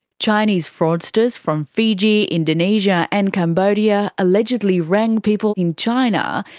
chinese fraudsters from fiji, indonesia and cambodia allegedly rang people in china,